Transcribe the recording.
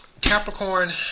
Capricorn